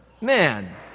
man